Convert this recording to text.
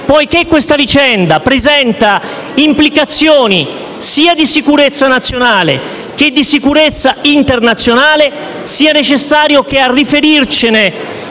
poiché questa vicenda presenta implicazioni, sia di sicurezza nazionale che internazionale, credo che sia necessario che a riferirne